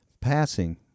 passing